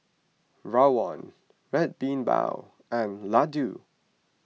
Rawon Red Bean Bao and Laddu